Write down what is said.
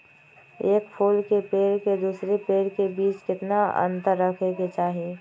एक फुल के पेड़ के दूसरे पेड़ के बीज केतना अंतर रखके चाहि?